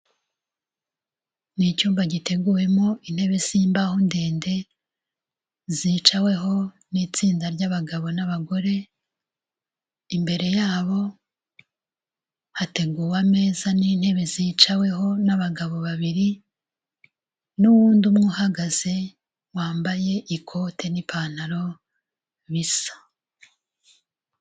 Ni icyumba giteguwemo intebe z'imbaho ndende zicaweho n'itsinda ry'abagabo n'abagore, imbere yabo hateguwe ameza n'intebe zicaweho n'abagabo babiri n'uwundi umwe uhagaze wambaye ikote n'ipantaro bisa.